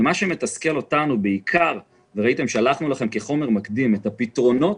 כחומר מקדים שלחנו לכם את הפתרונות.